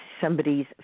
somebody's